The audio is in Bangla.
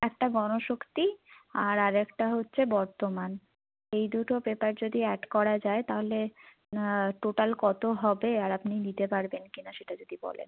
একটা গণশক্তি আর আরেকটা হচ্ছে বর্তমান এই দুটো পেপার যদি অ্যাড করা যায় তাহলে টোটাল কত হবে আর আপনি দিতে পারবেন কিনা সেটা যদি বলেন